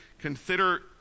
consider